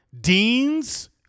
Dean's